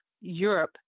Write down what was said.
Europe